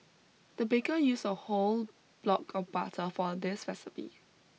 the baker used a whole block of butter for this recipe